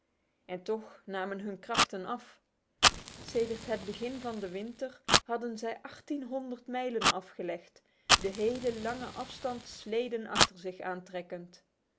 en toch namen hun krachten af sedert het begin van de winter hadden zij achttienhonderd mijlen afgelegd de hele lange afstand sleden achter zich aantrekkend